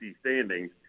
standings